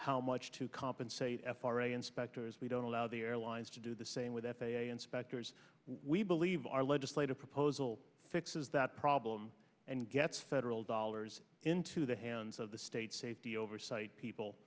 how much to compensate f r a inspectors we don't allow the airlines to do the same with f a a inspectors we believe our legislative proposal fixes that problem and gets federal dollars into the hands of the state safety oversight people